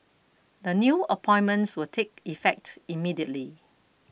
the new appointments will take effect immediately